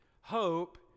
Hope